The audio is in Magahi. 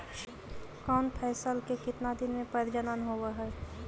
कौन फैसल के कितना दिन मे परजनन होब हय?